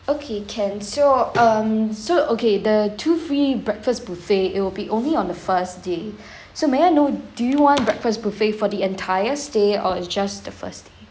okay can so um so okay the two free breakfast buffet it will be only on the first day so may I know do you want breakfast buffet for the entire stay or it's just the first day